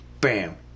Bam